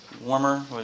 Warmer